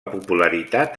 popularitat